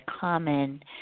common